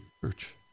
church